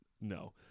No